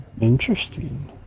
interesting